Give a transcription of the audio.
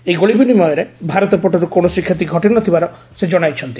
ଏହି ଗୁଳିବିନିମୟରେ ଭାରତ ପଟରୁ କୌଣସି କ୍ଷତି ଘଟିନଥିବାର ସେ ଜଣାଇଛନ୍ତି